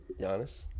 Giannis